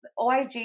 OIG